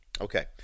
Okay